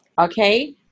Okay